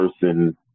person